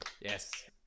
yes